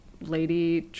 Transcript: lady